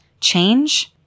change